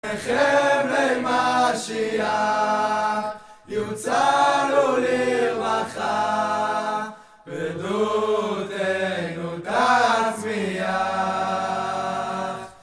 שמיכם למשיח יוצאנו לרווחה פדותנו תצמיח